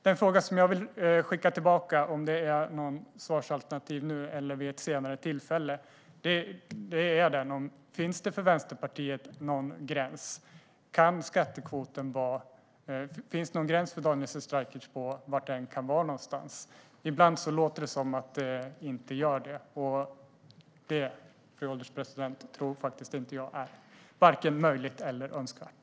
Den fråga som jag vill skicka tillbaka för svar vid senare tillfälle är om det för Daniel Sestrajcic finns någon gräns för skattekvoten. Ibland låter det som om det inte gör det, och det, fru ålderspresident, tror jag faktiskt inte är vare sig möjligt eller önskvärt.